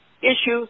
issues